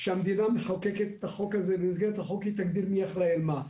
שהכנסת תחוקק חוק ובמסגרת החוק להגדיר מי אחראי על מה.